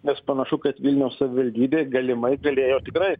nes panašu kad vilniaus savivaldybė galimai galėjo tikrai